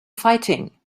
fighting